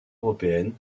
européennes